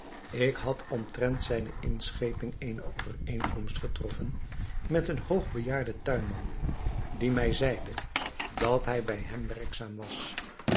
ik had omtrent zijne inscheping eene overeenkomst getroffen met een hoogbejaarden tuinman die mij zeide dat hij bij hem werkzaam was